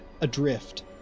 adrift